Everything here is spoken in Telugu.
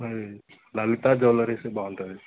మరి లలిత జువలరీస్ బాగుంటుంది